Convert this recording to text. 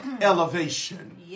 elevation